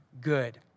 good